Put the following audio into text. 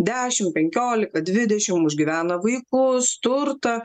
dešim penkiolika dvidešim užgyvena vaikus turtą